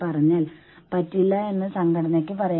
എന്താണ് ലാഭം പങ്കിടൽ